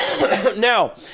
Now